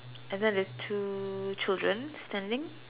and then the two children standing